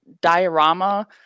Diorama